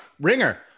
Ringer